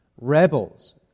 rebels